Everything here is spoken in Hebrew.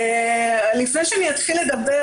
לפני שאתחיל לדבר,